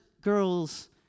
girls